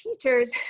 teachers